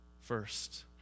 first